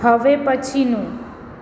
હવે પછીનું